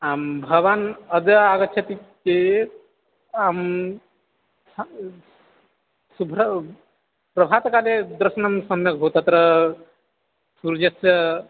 आं भवान् अद्य आगच्छति चेत् अहं शुभ्रं प्रभातकाले दर्शनं सम्यक् भो तत्र सूर्यस्य